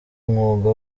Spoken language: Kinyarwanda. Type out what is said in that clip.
umwuga